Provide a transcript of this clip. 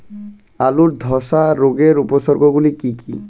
আলুর ধসা রোগের উপসর্গগুলি কি কি?